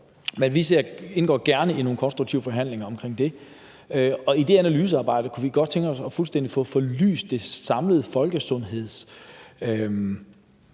men vi indgår gerne i nogle konstruktive forhandlinger omkring det, og i det analysearbejde kunne vi godt tænke os at få det belyst fuldstændig